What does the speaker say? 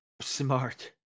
Smart